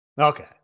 Okay